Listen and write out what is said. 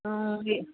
ಹಾಗೆ